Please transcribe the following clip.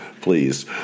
please